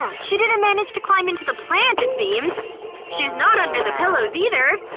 she didn't manage to climb into the plant it seems she's not under the pillows, either